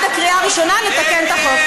ועד הקריאה הראשונה נתקן את החוק.